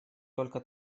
только